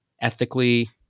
ethically